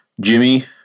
Jimmy